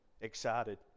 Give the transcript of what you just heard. excited